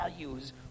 values